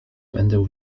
będę